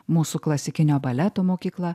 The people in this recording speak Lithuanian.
mūsų klasikinio baleto mokykla